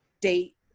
date